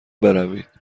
بروید